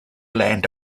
land